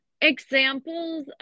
examples